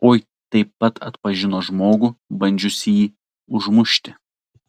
oi taip pat atpažino žmogų bandžiusįjį užmušti